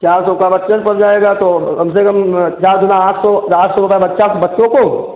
चार सौ का बच्चन पड़ जाएगा तो कम से कम चार दुना आठ सो फिर आठ सौ रुपया बच्चा बच्चों को